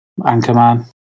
Anchorman